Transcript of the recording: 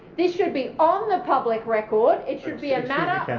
this should be on the public record, it should be a matter